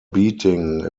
beating